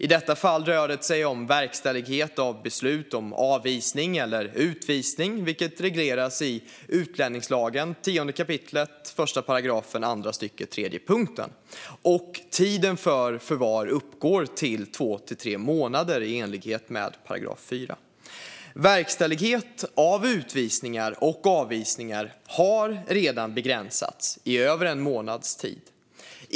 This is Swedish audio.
I detta fall rör det sig om verkställighet av beslut om avvisning eller utvisning, vilket regleras i utlänningslagen 10 kap. l § andra stycket 3, och tiden för förvar uppgår till två till tre månader i enlighet med § 4. Verkställighet av utvisningar och avvisningar har redan begränsats i över en månads tid.